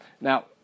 Now